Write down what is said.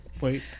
Wait